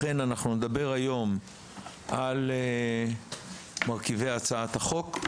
לכן אנחנו נדבר היום על מרכיבי הצעת החוק,